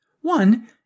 One